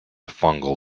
fungal